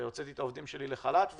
הוצאתי את העובדים שלי לחל"ת,